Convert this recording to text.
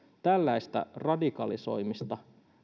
tällaista radikalisoitumista